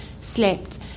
slept